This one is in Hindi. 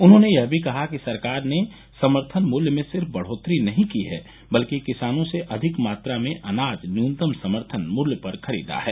उन्होंने यह भी कहा कि सरकार ने समर्थन मूल्य में सिर्फ बढोतरी नहीं की है बल्कि किसानों से अधिक मात्रा में अनाज न्यूनतम समर्थन मूल्य पर खरीदा है